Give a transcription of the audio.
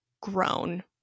grown